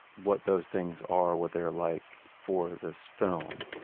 what those things are, what they're like for this film.